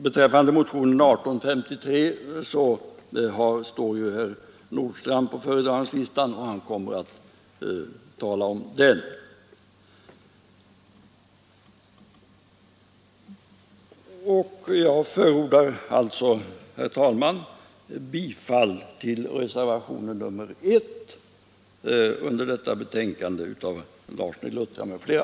Herr Nordstrandh, som står upptagen på talarlistan, kommer att tala för motionen 1853. Jag yrkar, herr talman, bifall till reservationen 1 av mig m.fl.